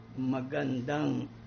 Magandang